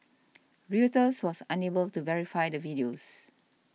Reuters was unable to verify the videos